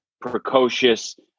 precocious